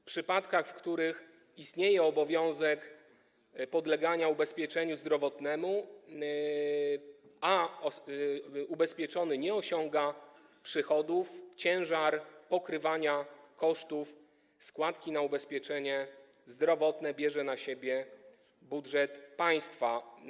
W przypadkach, w których istnieje obowiązek podlegania ubezpieczeniu zdrowotnemu, a ubezpieczony nie osiąga przychodów, ciężar pokrywania kosztów składki na ubezpieczenie zdrowotne bierze na siebie budżet państwa.